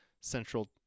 central